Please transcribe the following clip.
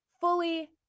fully